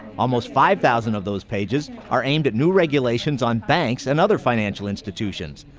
almost five thousand of those pages are aimed at new regulations on banks and other financial institutions.